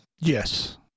Yes